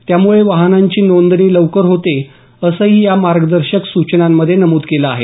त्यामुळे वाहनांची नोंदणी लवकर होते असंही या मार्गदर्शक सूचनांमधे नमूद केलं आहे